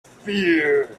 fear